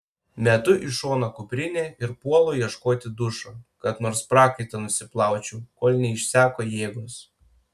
metu į šoną kuprinę ir puolu ieškoti dušo kad nors prakaitą nusiplaučiau kol neišseko jėgos